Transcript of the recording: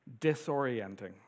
disorienting